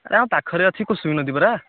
ଆରେ ଆମ ପାଖରେ ଅଛି କୁସୁମୀ ନଦୀ ପରା